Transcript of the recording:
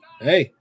Hey